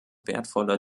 wertvoller